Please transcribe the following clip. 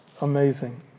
amazing